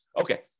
Okay